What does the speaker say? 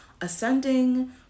ascending